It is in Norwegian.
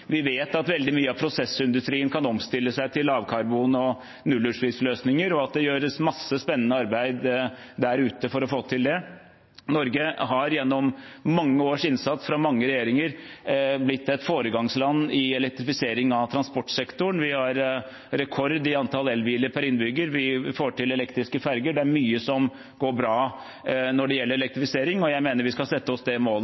Vi vet at veldig mye av prosessindustrien kan omstille seg til lavkarbon- og nullutslippsløsninger, og at det gjøres masse spennende arbeid der ute for å få til det. Norge har gjennom mange års innsats fra mange regjeringer blitt et foregangsland i elektrifisering av transportsektoren. Vi har rekord i antall elbiler per innbygger. Vi får til elektriske ferger. Det er mye som går bra når det gjelder elektrifisering, og jeg mener at vi skal sette oss det målet